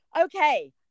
okay